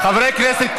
חברי הכנסת,